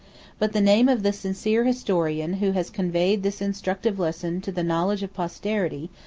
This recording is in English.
but the name of the sincere historian who has conveyed this instructive lesson to the knowledge of posterity,